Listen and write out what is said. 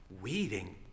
weeding